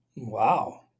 wow